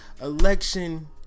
election